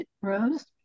Rose